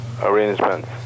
arrangements